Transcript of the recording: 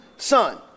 son